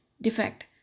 defect